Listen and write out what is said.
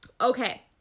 Okay